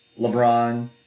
LeBron